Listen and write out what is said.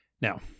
now